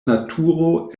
naturo